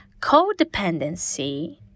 Codependency